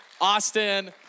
Austin